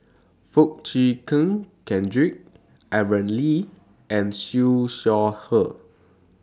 Foo Chee Keng Cedric Aaron Lee and Siew Shaw Her